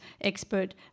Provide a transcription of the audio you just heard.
expert